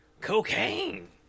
Cocaine